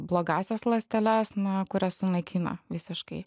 blogąsias ląsteles na kurias sunaikina visiškai